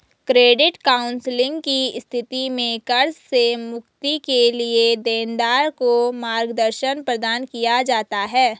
credit counselling की स्थिति में कर्ज से मुक्ति के लिए देनदार को मार्गदर्शन प्रदान किया जाता है